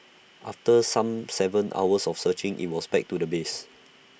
after some Seven hours of searching IT was back to the base